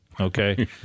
okay